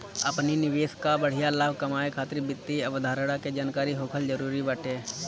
अपनी निवेश कअ बढ़िया लाभ कमाए खातिर वित्तीय अवधारणा के जानकरी होखल जरुरी बाटे